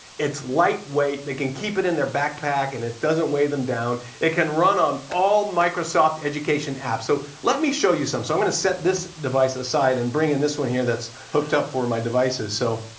it's lightweight. they can keep it in their backpack and it doesn't weigh them down. it can run on all microsoft education apps. so let me show you some. so, i'm going to set this device aside and bring in this one here that's hooked up for my devices. so,